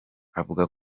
avuga